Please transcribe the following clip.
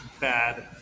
bad